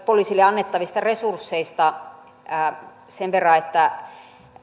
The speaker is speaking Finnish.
poliisille annettavista resursseista sen verran että